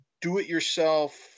do-it-yourself